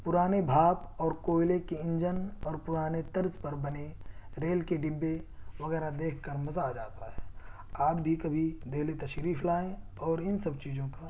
پرانے بھاپ اور کوئلے کے انجن اور پرانے طرز پر بنے ریل کے ڈبے وغیرہ دیکھ کر مزہ آ جاتا ہے آپ بھی کبھی دہلی تشریف لائیں اور ان سب چیزوں کا